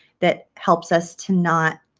that helps us to not